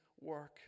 work